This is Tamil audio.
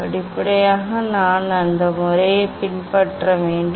படிப்படியாக நாம் அந்த முறையைப் பின்பற்ற வேண்டும்